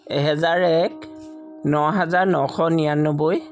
এহেজাৰ এক নহাজাৰ নশ নিৰান্নব্বৈ